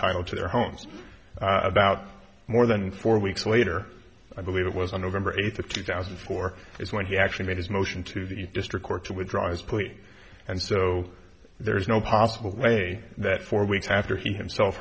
title to their homes about more than four weeks later i believe it was on november eighth of two thousand and four is when he actually made his motion to the district court to withdraw his plea and so there's no possible way that four weeks after he himself